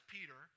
Peter